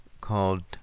called